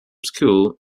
school